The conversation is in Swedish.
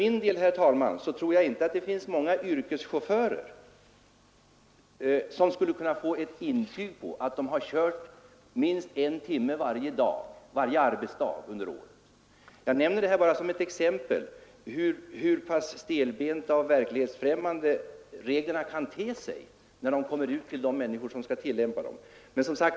Jag tror inte att det finns många yrkeschaufförer som skulle kunna få intyg på att de har kört minst en timme varje arbetsdag under året. Jag nämner detta bara som ett exempel på hur stelbenta och verklighetsfrämmande reglerna kan te sig för de människor som skall tillämpa dem.